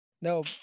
no